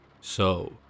So